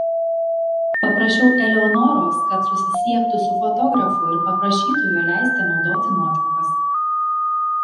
paprašiau eleonoros kad susisiektų su fotografu ir paprašytų jo leisti naudoti nuotraukas